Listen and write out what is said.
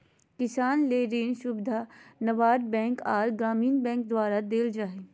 किसान ले ऋण सुविधा नाबार्ड बैंक आर ग्रामीण बैंक द्वारा देल जा हय